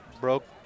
broke